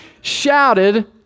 shouted